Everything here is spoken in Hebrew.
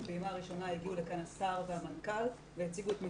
בפעימה הראשונה הגיעו לכאן השר והמנכ"ל והציגו את המתווה.